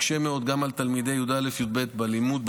זה מקשה מאוד גם על תלמידי י"א-י"ב בלימודים